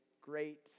great